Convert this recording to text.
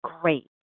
great